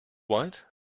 what